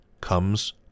comes